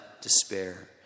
despair